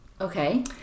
Okay